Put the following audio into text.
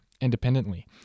independently